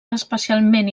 especialment